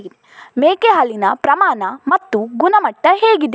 ಮೇಕೆ ಹಾಲಿನ ಪ್ರಮಾಣ ಮತ್ತು ಗುಣಮಟ್ಟ ಹೇಗಿದೆ?